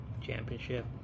Championship